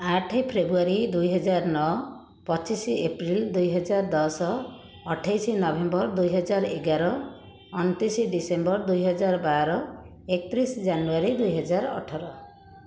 ଆଠ ଫେବୃଆରୀ ଦୁଇ ହଜାର ନଅ ପଚିଶ ଏପ୍ରିଲ ଦୁଇ ହଜାର ଦଶ ଅଠେଇଶ ନଭେମ୍ବର ଦୁଇ ହଜାର ଏଗାର ଅଣତିରିଶ ଡିସେମ୍ବର ଦୁଇ ହଜାର ବାର ଏକତିରିଶ ଜାନୁଆରୀ ଦୁଇ ହଜାର ଅଠର